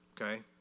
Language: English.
Okay